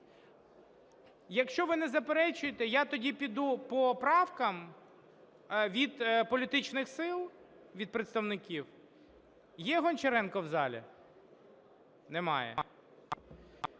Якщо ви не заперечуєте, я тоді піду по правкам від політичних сил, від представників. Є Гончаренко в залі? Немає.